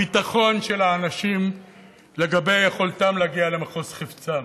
הביטחון של אנשים לגבי יכולתם להגיע למחוז חפצם.